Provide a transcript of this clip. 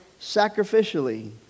sacrificially